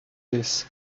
this